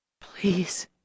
please